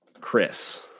Chris